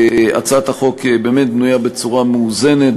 הצעת החוק באמת בנויה בצורה מאוזנת,